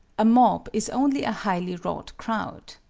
a mob is only a highly-wrought crowd.